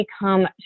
become